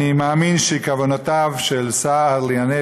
אני מאמין שכוונותיו של השר לענייני